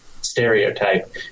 stereotype